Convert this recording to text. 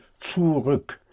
zurück